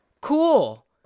Cool